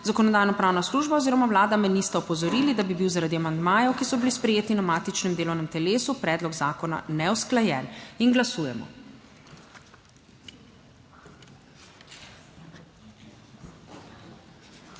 Zakonodajno-pravna služba oziroma Vlada me nista opozorili, da bi bil zaradi amandmajev, ki so bili sprejeti na matičnem delovnem telesu predlog zakona neusklajen. Glasujemo.